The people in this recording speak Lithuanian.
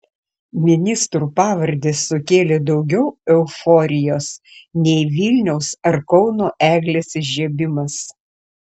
ministrų pavardės sukėlė daugiau euforijos nei vilniaus ar kauno eglės įžiebimas